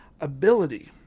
ability